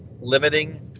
limiting –